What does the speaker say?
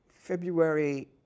February